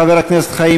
חבר הכנסת חיים